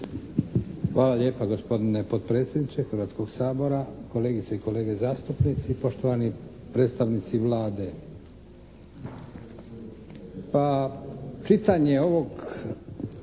Hvala lijepo gospodine potpredsjedniče Hrvatskog sabora, kolegice i kolege zastupnici, poštovani predstavnici Vlade.